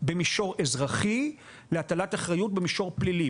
במישור האזרחי להטלת אחריות במישור הפלילי.